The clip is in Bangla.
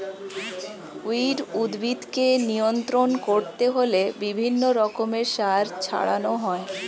উইড উদ্ভিদকে নিয়ন্ত্রণ করতে হলে বিভিন্ন রকমের সার ছড়াতে হয়